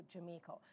Jamaica